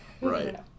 Right